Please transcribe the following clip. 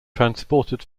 transported